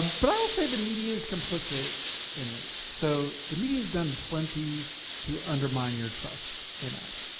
but i will say, the media's complicit in this. so the media's done plenty to undermine your trust in us.